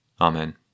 Amen